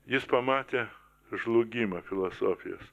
jis pamatė žlugimą filosofijos